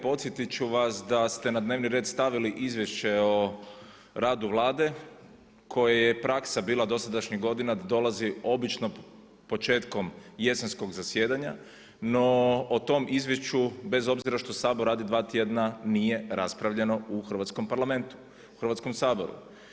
Podsjetit ću vas da ste na dnevni red stavili Izvješće o radu Vlade koji je praksa bila dosadašnjih godina da dolazi obično početkom jesenskog zasjedanja, no o tom izvješću bez obzira što Sabor radi dva tjedna nije raspravljeno u hrvatskom Parlamentu u Hrvatskom saboru.